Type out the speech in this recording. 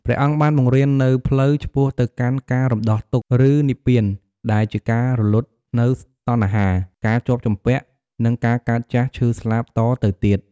ព្រះអង្គបានបង្រៀននូវ ផ្លូវឆ្ពោះទៅកាន់ការរំដោះទុក្ខ ឬនិព្វាន ដែលជាការរំលត់នូវតណ្ហា ការជាប់ជំពាក់ និងការកើតចាស់ឈឺស្លាប់តទៅទៀត។